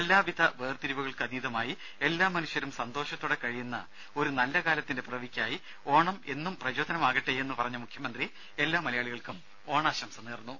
എല്ലാവിധ വേർതിരിവുകൾക്കുമതീതമായി എല്ലാമനുഷ്യരും സന്തോഷത്തോടെ കഴിയുന്ന ഒരു നല്ല കാലത്തിന്റെ പിറവിക്കായി ഓണം എന്നും പ്രചോദനമാകട്ടെയെന്ന് പറഞ്ഞ മുഖ്യമന്ത്രി എല്ലാ മലയാളികൾക്കും ഓണാശംസ നേർന്നു